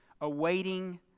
awaiting